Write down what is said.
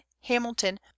Hamilton